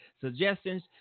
suggestions